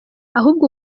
ahubwo